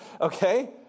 Okay